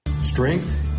Strength